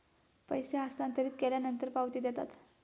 पैसे हस्तांतरित केल्यानंतर पावती देतात